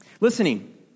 Listening